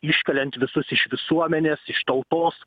iškeliant visus iš visuomenės iš tautos